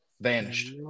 vanished